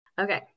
Okay